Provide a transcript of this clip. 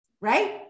right